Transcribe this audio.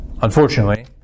Unfortunately